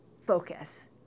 focus